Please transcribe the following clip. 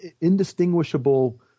indistinguishable –